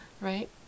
right